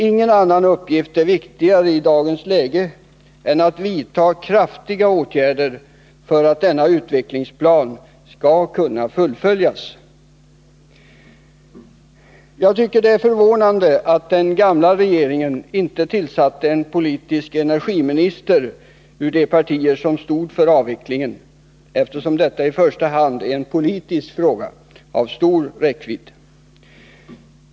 Ingen annan uppgift är viktigare i dagens läge än att vidta kraftiga åtgärder för att denna avvecklingsplan skall kunna fullföljas. Det är förvånande att den gamla regeringen inte tillsatte en politisk energiminister ur de partier som stod för avvecklingen, eftersom detta i första hand är en politisk fråga av stor räckvidd.